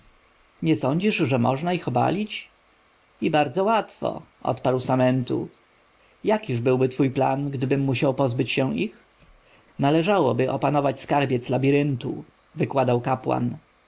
nie sądzisz że można ich obalić i bardzo łatwo odparł samentu jakiż byłby twój plan gdybym musiał pozbyć się ich należałoby opanować skarbiec labiryntu wykładał kapłan